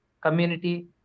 community